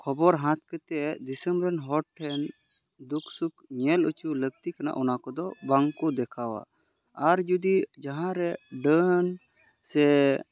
ᱠᱷᱚᱵᱚᱨ ᱦᱟᱛ ᱠᱟᱛᱮᱫ ᱫᱤᱥᱚᱢ ᱨᱮᱱ ᱦᱚᱲ ᱴᱷᱮᱱ ᱫᱩᱠ ᱥᱩᱠ ᱧᱮᱞ ᱚᱪᱚ ᱞᱟᱹᱠᱛᱤ ᱠᱟᱱᱟ ᱚᱱᱟ ᱠᱚᱫᱚ ᱵᱟᱝ ᱠᱚ ᱫᱮᱠᱷᱟᱣᱟ ᱟᱨ ᱡᱩᱫᱤ ᱡᱟᱦᱟᱸᱨᱮ ᱰᱟᱹᱱ ᱥᱮ